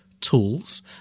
tools